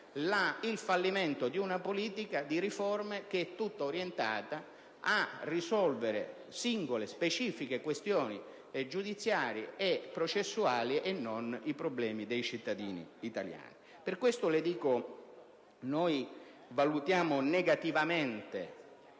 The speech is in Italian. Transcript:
il fallimento di una politica di riforme tutta orientata a risolvere singole, specifiche questioni giudiziarie e processuali e non i problemi dei cittadini italiani. Per questo, noi valutiamo negativamente